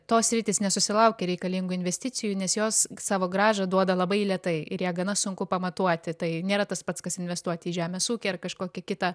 tos sritys nesusilaukia reikalingų investicijų nes jos savo grąžą duoda labai lėtai ir ją gana sunku pamatuoti tai nėra tas pats kas investuoti į žemės ūkį ar kažkokią kitą